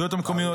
הרשויות המקומיות